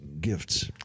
gifts